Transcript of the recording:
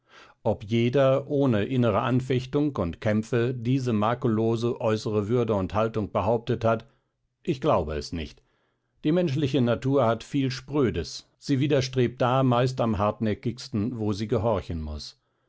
ob jeder ohne innere anfechtung und kämpfe diese makellose äußere würde und haltung behauptet hat ich glaube es nicht die menschliche natur hat viel sprödes sie widerstrebt da meist am hartnäckigsten wo sie gehorchen muß